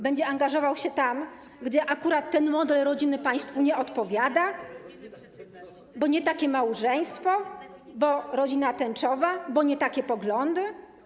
Będzie angażował się tam, gdzie akurat ten model rodziny państwu nie odpowiada, bo nie takie małżeństwo, bo rodzina tęczowa, bo nie takie poglądy?